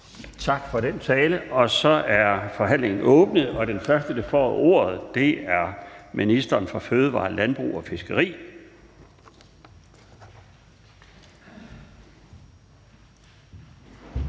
Tak for den tale. Så er forhandlingen åbnet, og den første, der får ordet, er ministeren for fødevarer, landbrug og fiskeri.